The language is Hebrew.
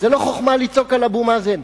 זו לא חוכמה לצעוק על אבו מאזן.